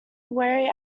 wary